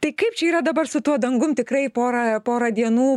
tai kaip čia yra dabar su tuo dangum tikrai porą porą dienų